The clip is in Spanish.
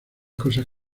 cosas